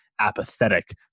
apathetic